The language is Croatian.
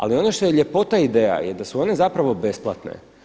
Ali ono što je ljepota ideja je da su one zapravo besplatne.